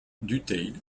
dutheil